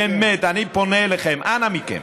באמת, אני פונה אליכם, אנא מכם,